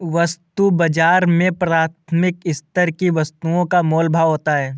वस्तु बाजार में प्राथमिक स्तर की वस्तुओं का मोल भाव होता है